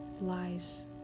lies